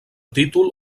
títol